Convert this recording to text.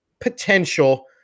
potential